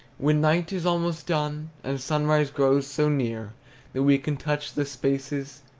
when night is almost done, and sunrise grows so near that we can touch the spaces,